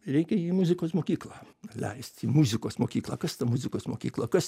reikia į muzikos mokyklą leisti į muzikos mokyklą kas ta muzikos mokykla kas